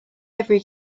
every